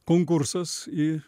konkursas į